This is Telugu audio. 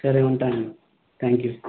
సరే ఉంటాను అండి థ్యాంక్ యూ